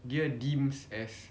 dia deems as